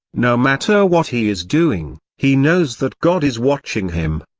no matter what he is doing, he knows that god is watching him.